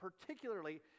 particularly